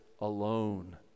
alone